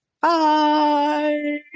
Bye